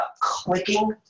clicking